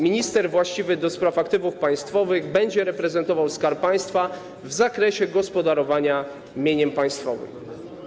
Minister właściwy do spraw aktywów państwowych będzie reprezentował Skarb Państwa w zakresie gospodarowania mieniem państwowym.